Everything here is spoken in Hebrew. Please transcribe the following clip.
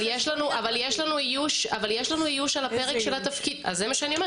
אבל יש לנו איוש על הפרק של התפקיד הזה.